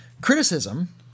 Criticism